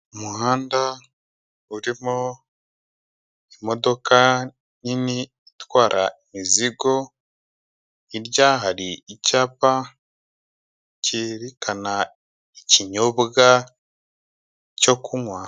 Umuhanda urimo imodoka nini itwara imizigo, hirya hari icyapa cyerekana ikinyobwa cyo kunywa.